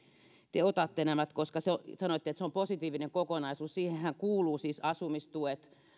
te otatte nämä koska sanoitte että se on positiivinen kokonaisuus siihenhän kuuluvat siis asumistuet